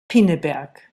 pinneberg